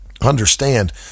understand